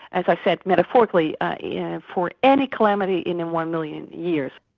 as i said, metaphorically yeah for any calamity in in one million years.